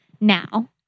now